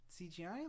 CGI